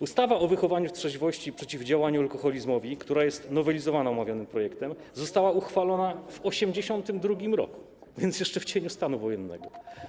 Ustawa o wychowaniu w trzeźwości i przeciwdziałaniu alkoholizmowi, która jest nowelizowana omawianym projektem, została uchwalona w 1982 r., więc jeszcze w cieniu stanu wojennego.